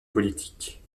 politique